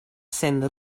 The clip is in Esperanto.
sen